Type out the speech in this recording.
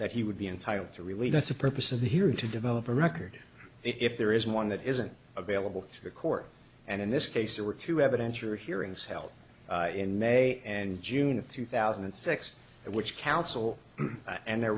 that he would be entitled to release that's the purpose of the hearing to develop a record if there isn't one that isn't available to the court and in this case there were two evidence or hearings held in may and june of two thousand and six at which counsel and their